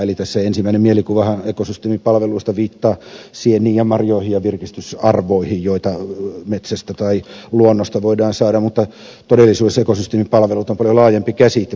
eli ensimmäinen mielikuvahan ekosysteemipalveluista viittaa sieniin ja marjoihin ja virkistysarvoihin joita metsästä tai luonnosta voidaan saada mutta todellisuudessa ekosysteemipalvelut on paljon laajempi käsite